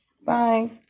Bye